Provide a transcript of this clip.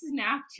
snapchat